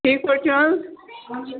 ٹھیٖک پٲٹھۍ چھِو حظ